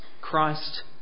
Christ